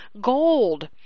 gold